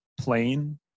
plain